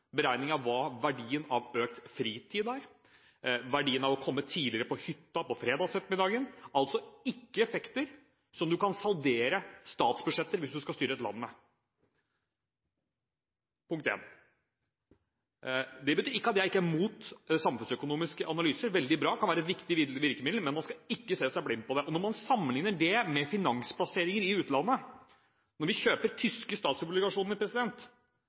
verdien av hva økt fritid er, verdien av å komme tidligere på hytta på fredagsettermiddagen – og altså ikke effekter som du kan saldere statsbudsjetter med hvis du skal styre et land. Punkt én. Det betyr ikke at jeg er imot samfunnsøkonomiske analyser. Det kan være veldig bra og et viktig virkemiddel, men man skal ikke se seg blind på det. Når man sammenligner det med finansplasseringer i utlandet, når vi kjøper tyske statsobligasjoner,